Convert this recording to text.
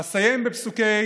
אסיים בפסוקי